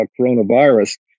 coronavirus